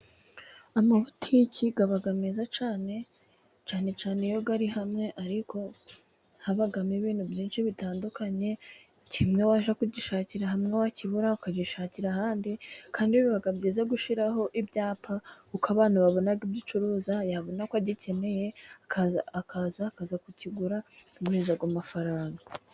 Amabutike, aba meza cyane. Cyane cyane, iyo ari hamwe. Ariko, iyo harimo ibintu byinshi bitandukanye. Kimwe wakibura ukagishakira ahandi. Kandi, biba byiza gushyiraho ibyapa, kuko abantu babona ibyo ucuruza, yabona ko agikeneye , akaza kukigura akaguhereza ayo mafaranga.